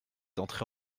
entré